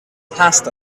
passed